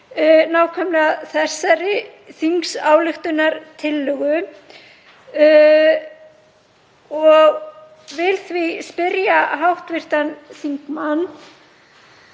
nákvæmlega þessari þingsályktunartillögu. Ég vil því spyrja hv. þingmann,